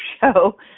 show